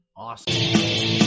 Awesome